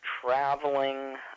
traveling